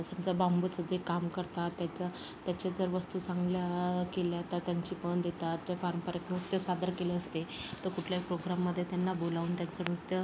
समजा बांबूचं जे काम करतात त्याचा त्याचे जर वस्तू चांगल्या केल्या तर त्यांचे पण देतात जर पारंपरिक नृत्य सादर केलं असते तर कुठल्या प्रोग्राममध्ये त्यांना बोलावून त्यांचं नृत्य